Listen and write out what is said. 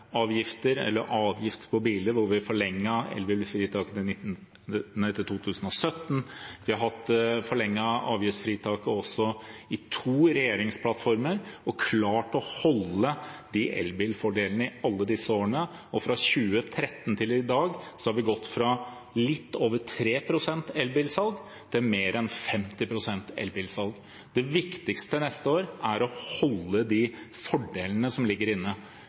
avgifter på biler hvor vi forlenget elbilfritaket til 2017. Vi har også forlenget avgiftsfritaket i to regjeringsplattformer og klart å holde på elbilfordelene i alle disse årene, og fra 2013 til i dag har vi gått fra litt over 3 pst. elbilsalg til mer enn 50 pst. elbilsalg. Det viktigste neste år er å holde på de fordelene som ligger inne.